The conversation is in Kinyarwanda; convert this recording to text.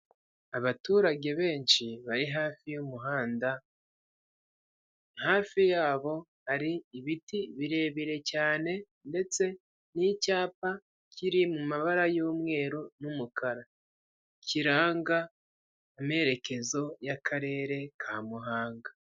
Abaturage benshi bari hafi y'umuhanda, hafi yabo hari ibiti birebire cyane ndetse n'icyapa kiri mu mabara y'umweru n;umukara. Kiranga amerekezo ya karere ka Muhanga.